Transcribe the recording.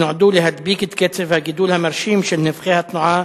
שנועדו להדביק את קצב הגידול המרשים של נפחי התנועה,